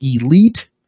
elite